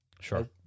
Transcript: Sure